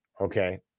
okay